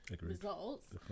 results